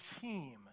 team